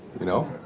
you know?